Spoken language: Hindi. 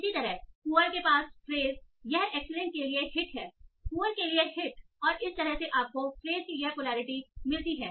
इसी तरह पुअर के पास फ्रेस यह एक्सीलेंट के लिए हिट है पुअर के लिए हिट और इस तरह से आपको फ्रेस की यह पोलैरिटी मिलती है